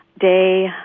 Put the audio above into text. day